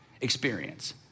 experience